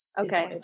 okay